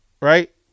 right